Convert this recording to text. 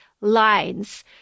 lines